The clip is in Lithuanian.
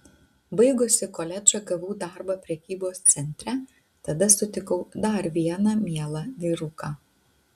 baigusi koledžą gavau darbą prekybos centre tada sutikau dar vieną mielą vyruką